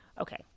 Okay